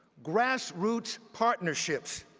grassroots partnerships,